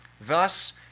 thus